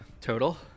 Total